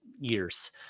years